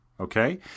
Okay